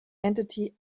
entity